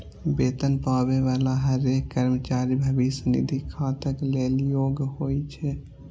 वेतन पाबै बला हरेक कर्मचारी भविष्य निधि खाताक लेल योग्य होइ छै